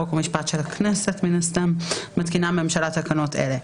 חוק ומשפט של הכנסת מתקינה הממשלה תקנות אלה: